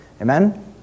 Amen